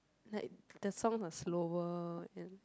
like the song are slower and